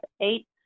eight